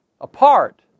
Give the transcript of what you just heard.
apart